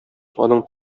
аның